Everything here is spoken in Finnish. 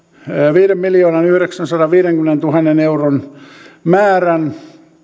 viidenmiljoonanyhdeksänsadanviidenkymmenentuhannen euron määrän